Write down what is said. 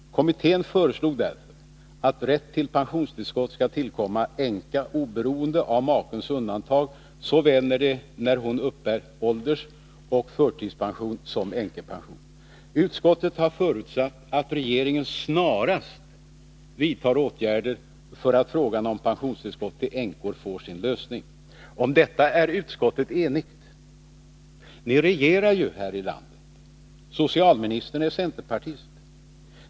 Kommittén föreslog därför att rätt till pensionstillskott skulle tillkomma änka, oberoende av makens undantag, såväl när hon uppbär åldersoch förtidspension som när hon uppbär änkepension. Utskottet förutsätter att regeringen snarast vidtar åtgärder för att frågan om pensionstillskott till änkor får sin lösning. Om detta är utskottet enigt. Ni regerar ju här i landet. Socialministern är centerpartist.